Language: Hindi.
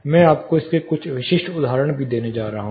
मैं आपको इसके कुछ विशिष्ट उदाहरण भी देने जा रहा हूं